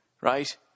right